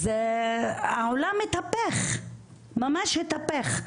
אז העולם מתהפך ממש התהפך,